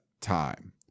time